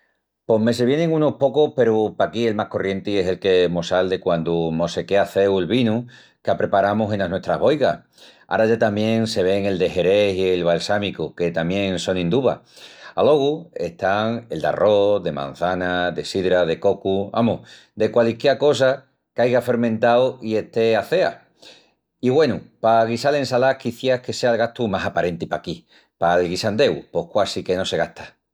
Pos me se vienin unus pocus peru paquí el más corrienti es el que mos sal de quandu mos se quea aceu'l vinu qu'apreparamus enas nuestras boigas. Ara ya tamién se ven el de Xerés i el balsámicu, que tamién sonin d'uva. Alogu están el d'arrós, de mançana, de sidra, de cocu, amus, de qualisquiá cosa qu'aiga fermentau i estea acea. I güenu, pa guisal ensalás quiciás que sea el gastu más aparenti paquí. Pal guisandeu pos quasi que no se gasta.